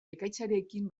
ekaitzarekin